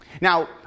Now